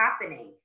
happening